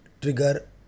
trigger